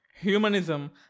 humanism